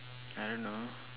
I don't know